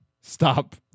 Stop